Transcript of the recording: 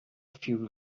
few